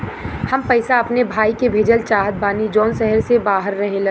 हम पैसा अपने भाई के भेजल चाहत बानी जौन शहर से बाहर रहेलन